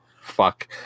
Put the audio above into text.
fuck